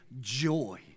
joy